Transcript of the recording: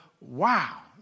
wow